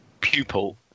pupil